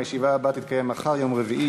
הישיבה הבאה תתקיים מחר, יום רביעי,